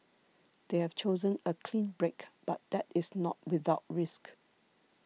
they have chosen a clean break but that is not without risk